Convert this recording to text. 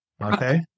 Okay